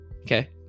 Okay